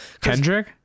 kendrick